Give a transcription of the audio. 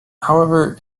however